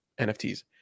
NFTs